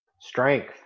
Strength